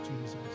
Jesus